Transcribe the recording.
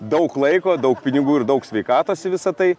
daug laiko daug pinigų ir daug sveikatos į visa tai